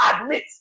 admit